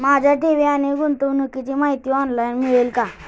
माझ्या ठेवी आणि गुंतवणुकीची माहिती ऑनलाइन मिळेल का?